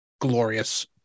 glorious